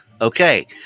okay